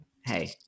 hey